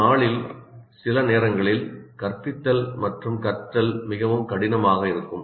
ஒரு நாளில் சில நேரங்களில் கற்பித்தல் மற்றும் கற்றல் மிகவும் கடினமாக இருக்கும்